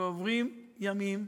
ועוברים ימים,